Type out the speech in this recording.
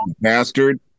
bastard